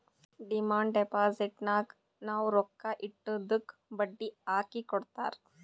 demand ಡಿಪೋಸಿಟ್ನಾಗ್ ನಾವ್ ರೊಕ್ಕಾ ಇಟ್ಟಿದ್ದುಕ್ ಬಡ್ಡಿ ಹಾಕಿ ಕೊಡ್ತಾರ್